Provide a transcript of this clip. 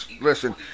Listen